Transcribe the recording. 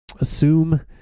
assume